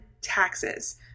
taxes